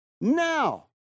Now